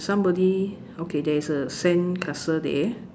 somebody okay there is a sand castle there